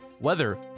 weather